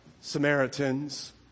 Samaritans